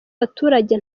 abaturage